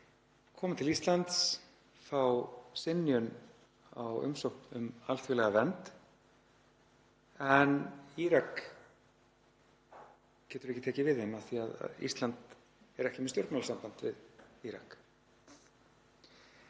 koma til Íslands, fá synjun á umsókn um alþjóðlega vernd en Írak getur ekki tekið við þeim af því að Ísland er ekki með stjórnmálasamband við Írak.